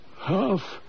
Half